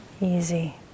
easy